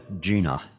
Gina